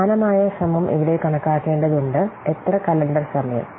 സമാനമായ ശ്രമം ഇവിടെ കണക്കാക്കേണ്ടതുണ്ട് എത്ര കലണ്ടർ സമയം